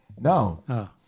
No